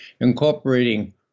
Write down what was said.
incorporating